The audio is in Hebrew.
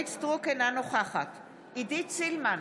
אורית מלכה סטרוק, אינה נוכחת עידית סילמן,